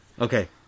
Okay